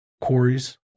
quarries